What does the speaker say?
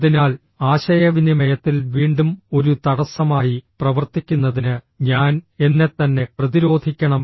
അതിനാൽ ആശയവിനിമയത്തിൽ വീണ്ടും ഒരു തടസ്സമായി പ്രവർത്തിക്കുന്നതിന് ഞാൻ എന്നെത്തന്നെ പ്രതിരോധിക്കണം